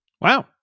Wow